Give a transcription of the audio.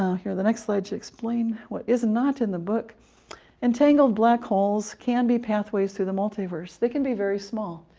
here. the next slide to explain what is not in the book entangled black holes can be pathways through the multiverse they can be very small,